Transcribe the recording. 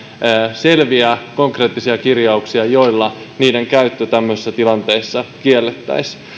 selviä konkreettisia kirjauksia joilla niiden käyttö tämmöisissä tilanteissa kiellettäisiin